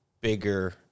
bigger